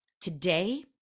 today